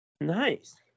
Nice